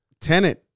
tenant